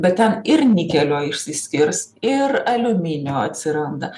bet ten ir nikelio išsiskirs ir aliuminio atsiranda